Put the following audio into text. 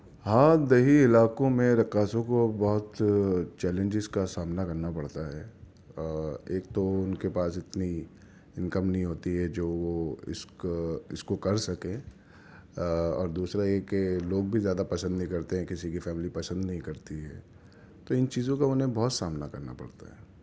ہاں دیہی علاقوں میں رقاصوں کو بہت چیلنجز کا سامنا کرنا پڑتا ہے ایک تو ان کے پاس اتنی انکم نہیں ہوتی ہے جو وہ اس کا اس کو کر سکیں اور دوسرا یہ کہ لوگ بھی زیادہ پسند نہیں کرتے ہیں کسی کی فیملی پسند نہیں کرتی ہے تو ان چیزوں کا انہیں بہت سامنا کرنا پڑتا ہے